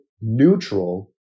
neutral